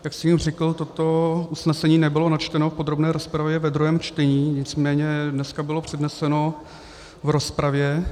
Jak jsem už řekl, toto usnesení nebylo načteno v podrobné rozpravě ve druhém čtení, nicméně dneska bylo předneseno v rozpravě.